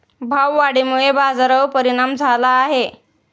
भाववाढीमुळे बाजारावर परिणाम झाला आहे